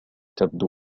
تبدو